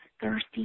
thirsty